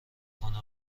کنه